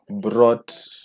brought